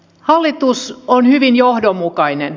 hallitus on hyvin johdonmukainen